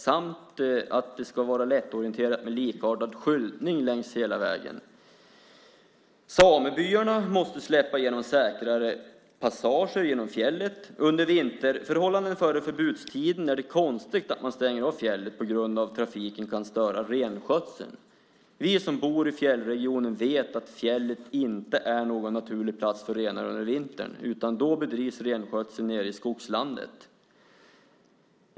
Det ska också vara lättorienterat med likartad skyltning längs hela vägen. Samebyarna måste släppa igenom säkrare passager genom fjället. Under vinterförhållanden innan förbudstiden är det konstigt att man stänger av stänger av fjället på grund av att trafiken kan störa renskötseln. Vi som bor i fjällregionen vet att fjället inte är någon naturlig plats för renar under vintern. Då bedrivs renskötseln nere i skogslandet.